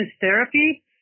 therapy